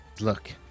Look